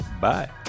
Bye